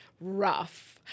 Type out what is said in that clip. Rough